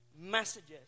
Messages